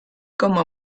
como